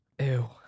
Ew